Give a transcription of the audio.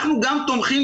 אנחנו גם תומכים,